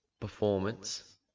performance